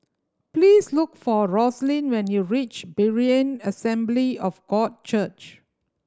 please look for Roslyn when you reach Berean Assembly of God Church